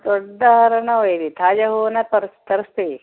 ದೊಡ್ಡ ಹಾರವೇ ಒಯ್ಯಿರಿ ತಾಜಾ ಹೂವನ್ನೇ ತರ್ಸ್ ತರಿಸ್ತೀವಿ